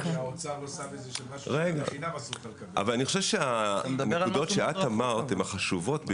אני חושב שהנקודות שאת אמרת הן החשובות ביותר.